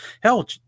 hell